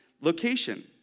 location